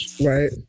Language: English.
Right